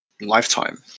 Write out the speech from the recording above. lifetime